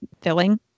filling